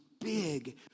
big